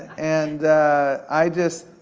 and i just,